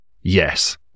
yes